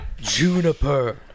Juniper